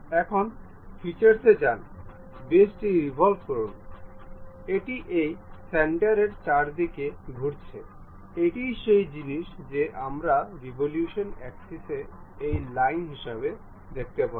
এখন ফিচার্সগুলিতে যান বেসটি রিভল্ভ করুন এটি এই সেন্টারের চারদিকে ঘুরছে এটিই সেই জিনিস যা আমরা রেভোলুশনের এক্সিসে এই লাইন হিসাবে দেখতে পারি